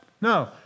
No